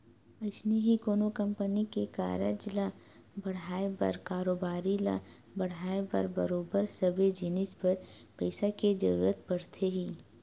अइसने ही कोनो कंपनी के कारज ल बड़हाय बर कारोबारी ल बड़हाय बर बरोबर सबे जिनिस बर पइसा के जरुरत पड़थे ही